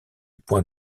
point